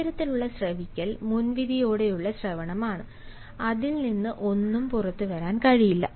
ഇത്തരത്തിലുള്ള ശ്രവിക്കൽ മുൻവിധിയോടെയുള്ള ശ്രവണമാണ് അതിൽ നിന്ന് ഒന്നും പുറത്തുവരാൻ കഴിയില്ല